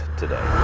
today